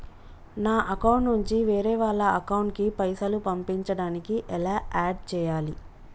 నా అకౌంట్ నుంచి వేరే వాళ్ల అకౌంట్ కి పైసలు పంపించడానికి ఎలా ఆడ్ చేయాలి?